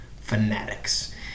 fanatics